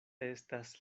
estas